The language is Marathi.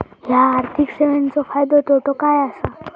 हया आर्थिक सेवेंचो फायदो तोटो काय आसा?